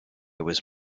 was